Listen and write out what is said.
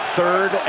third